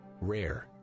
rare